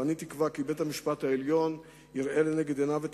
ואני תקווה כי בית-המשפט העליון יראה לנגד עיניו את